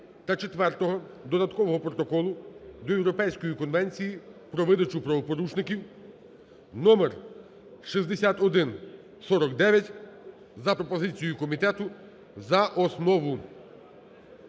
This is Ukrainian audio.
четвертого додаткового протоколу до Європейської конвенції про видачу правопорушників (номер 6149) за пропозицією комітету за основу.